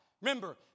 Remember